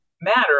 matter